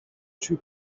two